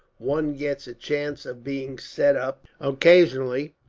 one gets a chance of being sent up, occasionally,